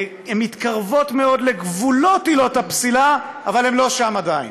הן מתקרבות מאוד לגבולות עילות הפסילה אבל הן לא שם עדיין.